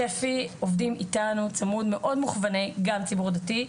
שפ"י עובדים איתנו צמוד מאוד מוכווני גם ציבור דתי,